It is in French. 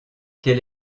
quel